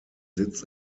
sitz